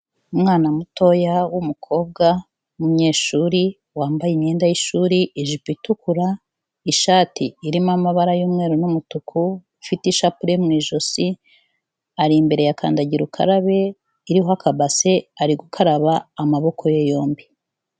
Umwana mutoya w'umukobwa w'umunyeshuri, wambaye imyenda y'ishuri, ijipo itukura, ishati irimo amabara y'umweru n'umutuku, ufite ishapure mu ijosi, ari imbere ya kandagira ukarabe iriho akabase, ari gukaraba amaboko ye yombi.